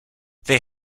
they